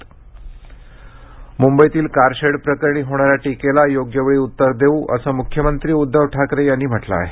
ठाकरे प्रादेशिक मुंबईतील कारशेड प्रकरणी होणाऱ्या टीकेला योग्य वेळी उतर देऊ असं मुख्यमंत्री उदधव ठाकरे यांनी म्हटलं आहे